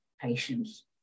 patients